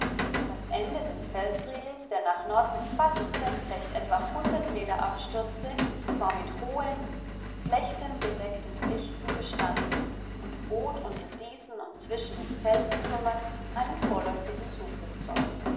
das ende des felsriegels der nach norden fast senkrecht etwa hundert meter abstürzte war mit hohen flechtenbedeckten fichten bestanden und bot unter diesen und zwischen den felstrümmern einen vorläufigen zufluchtsort